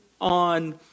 on